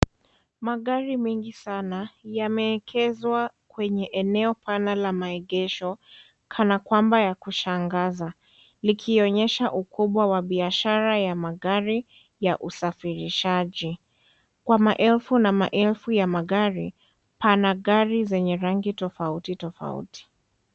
Magari mengi sana yameekezwa kwenye eneo pana la maegesho kana kwamba ya kushangaza likionyesha ukubwa wa biashara ya magari ya usafirishaji, kwa maelfu na maelfu ya magari pana gari zenye rangi tofautitofauti.